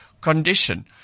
condition